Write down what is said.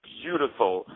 beautiful